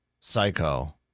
Psycho